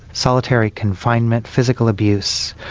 solitary confinement, physical abuse.